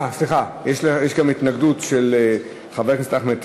אה, סליחה, יש גם התנגדות של חבר הכנסת אחמד טיבי.